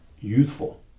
youthful